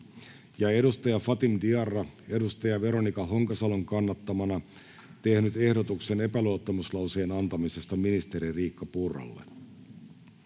ja Fatim Diarra Veronika Honkasalon kannattamana tehnyt ehdotuksen epäluottamuslauseen antamisesta ministeri Riikka Purralle.